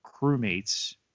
crewmates